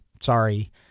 sorry